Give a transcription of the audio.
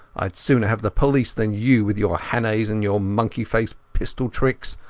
iad sooner have the police than you with your hannays and your monkey-faced pistol tricks.